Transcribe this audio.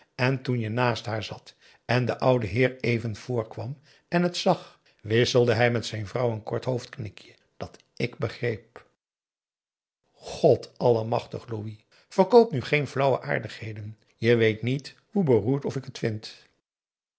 en toen je naast haar zat en de oude heer even voor kwam en het zag wisselde hij met zijn vrouw een kort hoofdknikje dat ik begreep god almachtig louis verkoop nu geen flauwe aardigheden je weet niet hoe beroerd of ik het vind